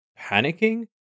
panicking